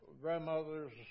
grandmother's